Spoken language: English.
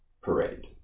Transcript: parade